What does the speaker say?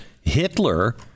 Hitler